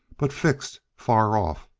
but fixed far off,